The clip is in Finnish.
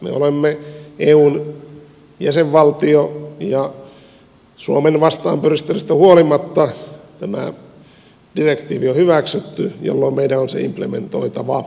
me olemme eun jäsenvaltio ja suomen vastaanpyristelystä huolimatta tämä direktiivi on hyväksytty jolloin meidän on se implementoitava